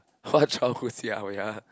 what childhood !sia! wait ah